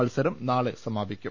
മത്സരം നാളെ സമാപിക്കും